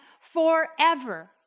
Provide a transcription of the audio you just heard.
forever